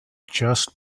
just